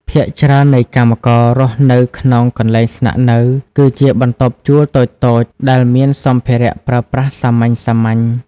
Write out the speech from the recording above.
ភាគច្រើននៃកម្មកររស់នៅក្នុង កន្លែងស្នាក់នៅ គឺជាបន្ទប់ជួលតូចៗ ដែលមានសម្ភារៈប្រើប្រាស់សាមញ្ញៗ។